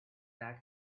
that